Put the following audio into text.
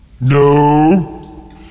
No